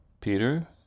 Peter